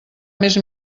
més